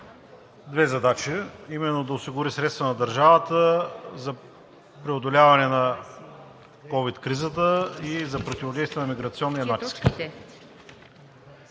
две задачи, а именно да осигури средства на държавата за преодоляването на ковид кризата и за противодействието на миграционния натиск.